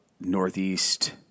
Northeast